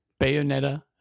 Bayonetta